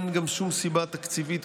אין גם שום סיבה תקציבית,